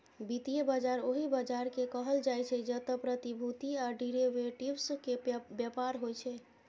वित्तीय बाजार ओहि बाजार कें कहल जाइ छै, जतय प्रतिभूति आ डिरेवेटिव्स के व्यापार होइ छै